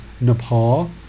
Nepal